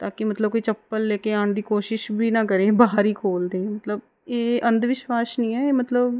ਤਾਂ ਕਿ ਮਤਲਬ ਕੋਈ ਚੱਪਲ ਲੈ ਕੇ ਆਉਣ ਦੀ ਕੋਸ਼ਿਸ਼ ਵੀ ਨਾ ਕਰੇ ਬਾਹਰ ਹੀ ਖੋਲ੍ਹ ਦੇ ਮਤਲਬ ਇਹ ਅੰਧ ਵਿਸ਼ਵਾਸ਼ ਨਹੀਂ ਹੈ ਇਹ ਮਤਲਬ